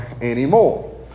anymore